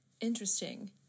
interesting